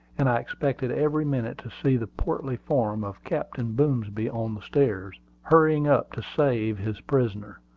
and i expected every minute to see the portly form of captain boomsby on the stairs, hurrying up to save his prisoner.